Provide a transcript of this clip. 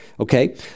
okay